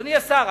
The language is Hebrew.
אדוני השר,